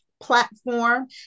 platform